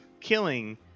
killing